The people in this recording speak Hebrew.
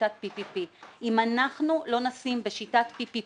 בשיטת PPP. אם אנחנו לא נשים בשיטת PPP